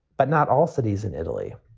but not all cities in italy.